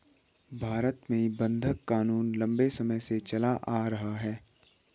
भारत में बंधक क़ानून लम्बे समय से चला आ रहा है